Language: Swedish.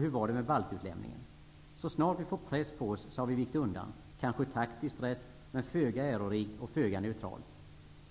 Hur var det med baltutlämningen? Så snart vi fått press på oss har vi vikt undan. Det är kanske taktiskt rätt, men föga ärorikt -- och föga neutralt.